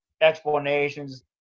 explanations